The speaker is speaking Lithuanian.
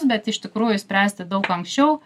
bet iš tikrųjų spręsti daug anksčiau